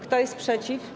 Kto jest przeciw?